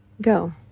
go